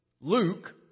Luke